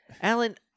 Alan